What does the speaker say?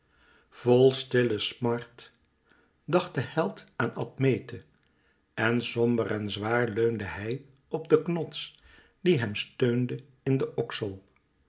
vol stille smart dacht de held aan admete en somber en zwaar leunde hij op den knots die hem steunde in den oksel